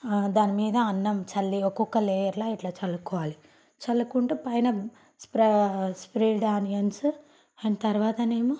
దాని మీద అన్నం చల్లి ఒక్కొక్క లేయర్లా ఇట్లా చల్లుకోవాలి చల్లుకుంటూ పైన ఫ్రైడ్ ఆనియన్స్ అండ్ తర్వాత ఏమో